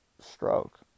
stroke